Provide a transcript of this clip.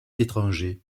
étrangers